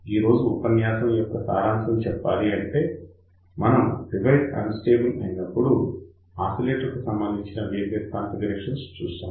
ఈ రోజు ఉపన్యాసం సారాంశం చెప్పాలంటే మనం డివైస్ అన్ స్టేబుల్ అయినప్పుడు ఆసిలేటర్ కు సంబంధించిన వేర్వేరు కాన్ఫిగరేషన్స్ చూశాము